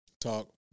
Talk